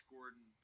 Gordon